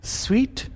sweet